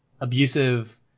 abusive